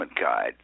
guide